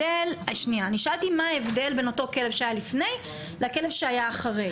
אני שאלתי מה ההבדל בין אותו כלב שהיה לפני לכלב שהיה אחרי.